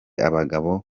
abagabo